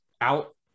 out